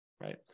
Right